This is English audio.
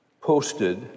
posted